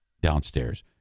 downstairs